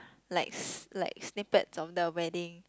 like s~ like snippets of the wedding